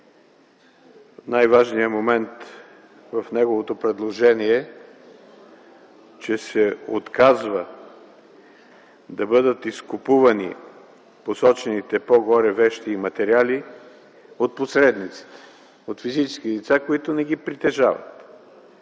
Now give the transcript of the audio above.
Най-важният момент в неговото предложение е, че се отказва да бъдат изкупувани посочените по-горе вещи и материали от посредниците – от физически лица, които не ги притежават.